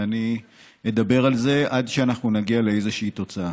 ואני אדבר על זה עד שאנחנו נגיע לאיזושהי תוצאה.